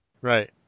Right